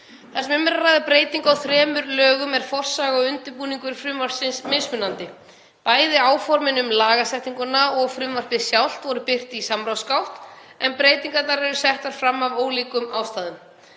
Þar sem um er að ræða breytingu á þremur lögum er forsaga og undirbúningur frumvarpsins mismunandi. Bæði áformin um lagasetninguna og frumvarpið sjálft voru birt í samráðsgátt, en breytingarnar eru settar fram af ólíkum ástæðum.